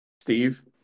Steve